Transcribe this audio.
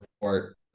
report